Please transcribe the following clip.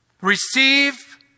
Receive